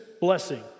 blessing